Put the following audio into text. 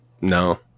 no